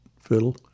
fiddle